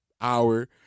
hour